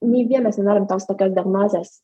nei vienas nenorim tos tokios diagnozės